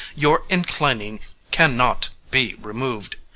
your inclining cannot be removed.